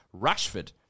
Rashford